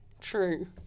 True